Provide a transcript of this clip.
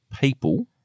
people